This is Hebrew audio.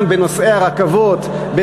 גם לנוסעי הרכבות,